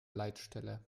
leitstelle